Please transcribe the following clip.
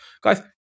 guys